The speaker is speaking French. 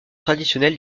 traditionnel